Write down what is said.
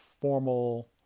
formal